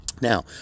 Now